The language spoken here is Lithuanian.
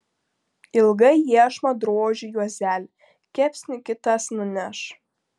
ilgai iešmą droži juozeli kepsnį kitas nuneš